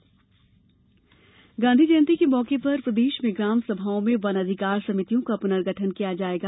गांधी ग्राम सभा गाँधी जयंती के मौके पर प्रदेश में ग्राम सभाओं में वन अधिकार समितियों का पुनर्गठन किया जाएगा